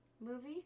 movie